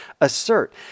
assert